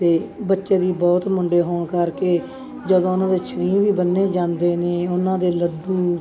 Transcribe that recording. ਅਤੇ ਬੱਚੇ ਦੀ ਬਹੁਤ ਮੁੰਡੇ ਹੋਣ ਕਰਕੇ ਜਦੋਂ ਉਹਨਾਂ ਦੇ ਛਵੀ ਵੀ ਬੰਨ੍ਹੇ ਜਾਂਦੇ ਨੇ ਉਹਨਾਂ ਦੇ ਲੱਡੂ